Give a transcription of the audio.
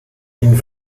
ihn